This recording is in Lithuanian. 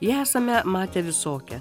jau esame matę visokią